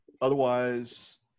otherwise